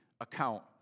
account